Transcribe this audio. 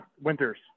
Winters